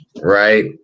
right